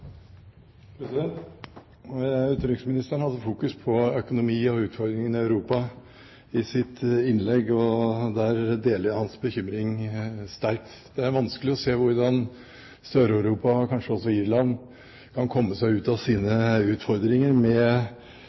Utenriksministeren hadde fokus på økonomi og utfordringene i Europa i sitt innlegg, og der deler jeg hans bekymring. Det er vanskelig å se hvordan Sør-Europa, kanskje også Irland, kan komme seg ut av sine utfordringer